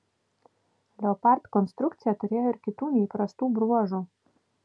leopard konstrukcija turėjo ir kitų neįprastų bruožų